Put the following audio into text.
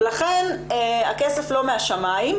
לכן הכסף לא מהשמיים,